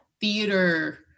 theater